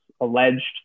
alleged